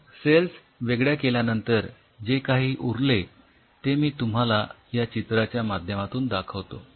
तर सेल्स वेगळ्या केल्यानंतर जे काही उरले ते मी तुम्हाला या चित्राच्या माध्यमातून दाखवतो